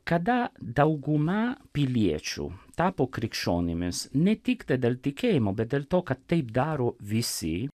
kada dauguma piliečių tapo krikščionimis ne tik dėl tikėjimo bet ir to kad taip daro visi